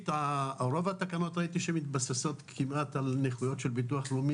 רוב התקנות ראיתי שמתבססות על נכויות של ביטוח לאומי.